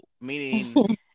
meaning